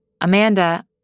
Amanda